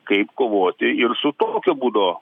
kaip kovoti ir su tokio būdo